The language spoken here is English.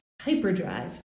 hyperdrive